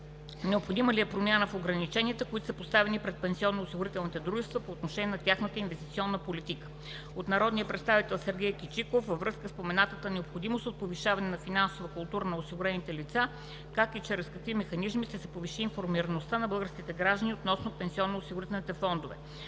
необходима ли е промяна в ограниченията, които са поставени пред пенсионно-осигурителните дружества по отношение на тяхната инвестиционна политика? - от народния представител Сергей Кичиков във връзка със споменатата необходимост от повишаване на финансовата култура на осигурените лица – как и чрез какви механизми ще се повиши информираността на българския гражданин относно пенсионно-осигурителните фондове?